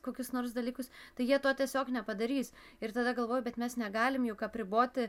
kokius nors dalykus tai jie to tiesiog nepadarys ir tada galvoju bet mes negalim juk apriboti